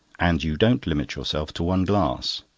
and you don't limit yourself to one glass.